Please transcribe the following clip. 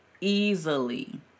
easily